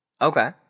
okay